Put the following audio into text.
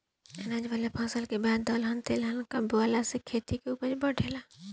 अनाज वाला फसल के बाद दलहन आ तेलहन बोआला से खेत के ऊपज बढ़ेला